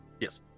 Yes